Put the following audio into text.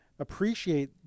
appreciate